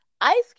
Ice